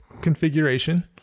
configuration